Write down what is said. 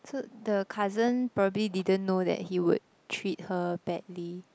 so the cousin probably didn't know that he would treat her badly